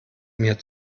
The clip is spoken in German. mir